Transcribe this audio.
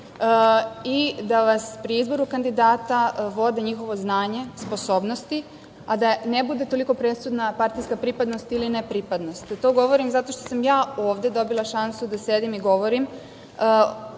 i da vas pri izboru kandidata vodi njihovo znanje, sposobnosti, a da ne bude toliko presudna partijska pripadnost ili nepripadnost. To govorim zato što sam ja ovde dobila šansu da sedim i govorim